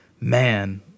man